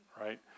right